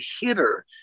hitter